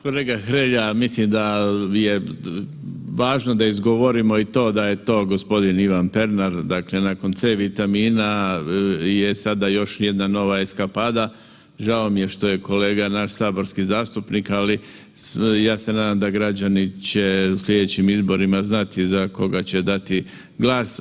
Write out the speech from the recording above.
Kolega Hrelja mislim da je važno da izgovorimo da je to gospodin Ivan Pernar dakle nakon C vitamina je sada još jedna nova eskapada, žao nam je što je kolega naš saborski zastupnik, ali ja se nadam građani će u slijedećim izborima znati za koga će dati glas.